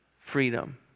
freedom